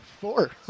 Four